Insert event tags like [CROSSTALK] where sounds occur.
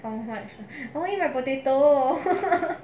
what what what why you my potato [LAUGHS]